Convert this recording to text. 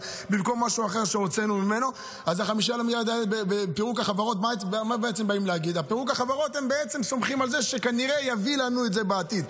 יהיה קשה מאוד להגיע ליעד של 10 מיליארד.